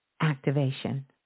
activation